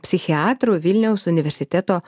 psichiatru vilniaus universiteto